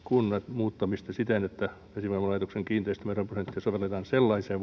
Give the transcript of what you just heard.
muuttamista siten että vesivoimalaitoksen kiinteistöveroprosenttia sovelletaan sellaiseen